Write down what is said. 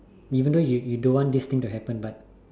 even though you you don't want this thing to happen but